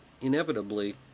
inevitably